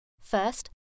First